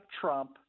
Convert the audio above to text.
Trump